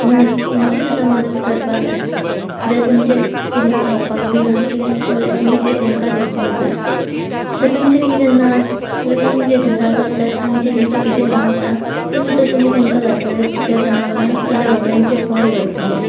म्हणून तेंची सुद्दां मदत करपाक जाय जर तुमचेर कितें खावपाक बीन आसलें जाल्यार तुमी तें तेंकां दिवपाक जाय जर तुमचेर किदें नाच जाल्यार तुमी जे घरा करतात आनी जे तुमचें किदें रावता तें सुद्दां तुमी तांकां घातल्या भुक्या जनावरांक जाल्यार बाबड्यांचें पोट भरतले